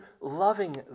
loving